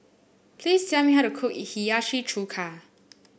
please tell me how to cook Hiyashi Chuka